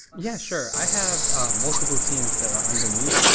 yeah, sure. i have ah multiple teams that are under me.